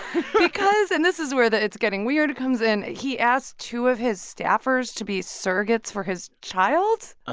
because and this is where the it's getting weird comes in. he asked two of his staffers to be surrogates for his child ah